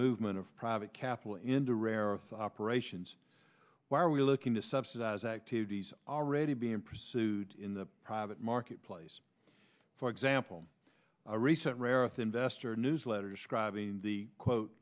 movement of private capital into rare earth operations why are we looking to subsidize activities already being pursued in the private marketplace for example a recent rare earth investor newsletter describing the quote